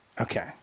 okay